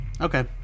Okay